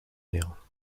air